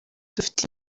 dufite